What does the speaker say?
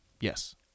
Yes